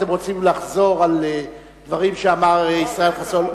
אתם רוצים לחזור על דברים שאמר ישראל חסון,